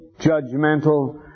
judgmental